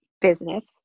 business